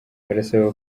barasaba